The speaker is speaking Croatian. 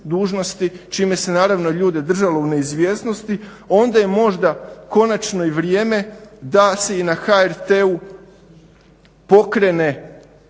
dužnosti čime se naravno ljude držalo u neizvjesnosti. Onda je možda konačno i vrijeme da se i na HRT-u pokrene